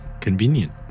Convenient